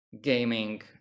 gaming